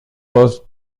poste